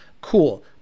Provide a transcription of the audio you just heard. Cool